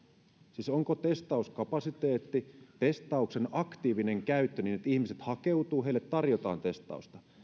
siis testauskapasiteetti testauksen aktiivinen käyttö niin että ihmiset hakeutuvat testeihin heille tarjotaan testausta